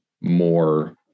more